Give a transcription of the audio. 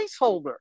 placeholder